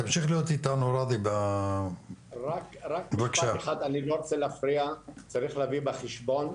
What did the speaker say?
רק משפט אחד, צריך להביא בחשבון,